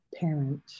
parent